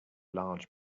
large